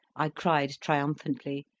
i cried triumphantly,